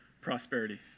prosperity